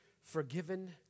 forgiven